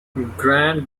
grande